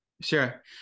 Sure